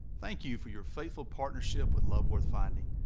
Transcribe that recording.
thank you for your faithful partnership with love worth finding.